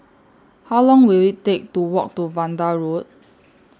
How Long Will IT Take to Walk to Vanda Road